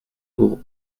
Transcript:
pour